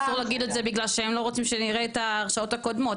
אסור להגיד את זה כי הם לא רוצים שנראה את ההרשעות הקודמות,